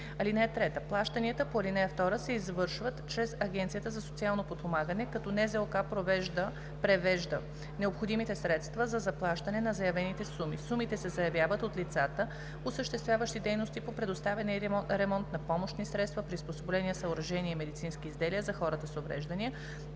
и ред. (3) Плащанията по ал. 2 се извършват чрез Агенцията за социално подпомагане, като НЗОК превежда необходимите средства за заплащане на заявените суми. Сумите се заявяват от лицата, осъществяващи дейности по предоставяне и ремонт на помощни средства, приспособления, съоръжения и медицински изделия за хората с увреждания,